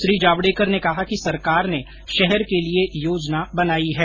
श्री जावड़ेकर ने कहा कि सरकार ने शहर के लिए योजना बनाई है